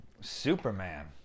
Superman